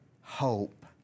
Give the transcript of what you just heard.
hope